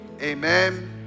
Amen